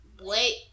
Wait